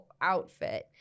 outfit